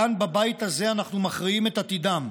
כאן, בבית הזה, אנחנו מכריעים את עתידם.